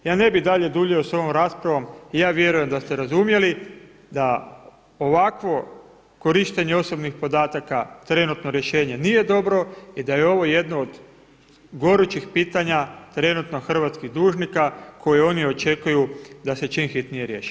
Ja ne bih dalje duljio sa ovom raspravom, ja vjerujem da ste razumjeli da ovakvo korištenje osobnih podataka trenutno rješenje nije dobro i da je ovo jedno od gorućih pitanja trenutno hrvatskih dužnika koji oni očekuju da se čim hitnije riješi.